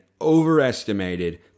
overestimated